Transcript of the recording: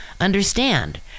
Understand